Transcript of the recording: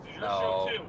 No